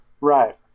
Right